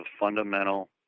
fundamental